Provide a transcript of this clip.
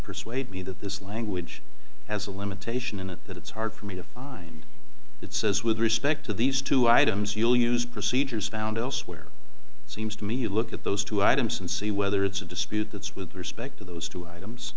persuade me that this language has a limitation in it that it's hard for me to find it says with respect to these two items you'll use procedures found elsewhere it seems to me you look at those two items and see whether it's a dispute that's with respect to those two items